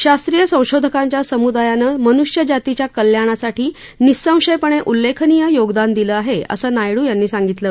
शासीय संशोधकांच्या सम्दायानं मन्ष्यजातीच्या कल्याणासाठी निःसंशयपणे उल्लेखनीय योगदान दिलं आहे असं नायडू यांनी सांगितलं